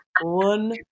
one